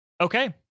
Okay